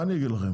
מה אני אגיד לכם?